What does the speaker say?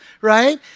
right